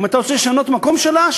אם אתה רוצה לשנות את המקום שלה,